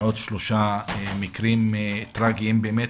עוד שלושה מקרים טרגיים באמת,